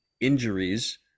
injuries